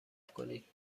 کنید